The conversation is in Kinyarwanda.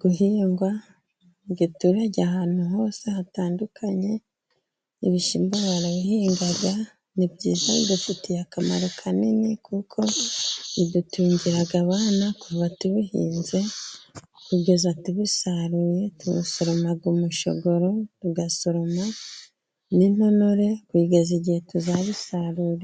guhingwa mu giturage ahantu hose hatandukanye. Ibishyimbo barabihinga, ni byiza bidufitiye akamaro kanini, kuko bidutungira abana kuva tubihinze kugeza tubisaruye, tubisoroma umushogoro, tugasoroma n'intonore kugeza igihe tuzabisarurira.